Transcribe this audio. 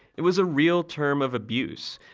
it was a real term of abuse.